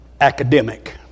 academic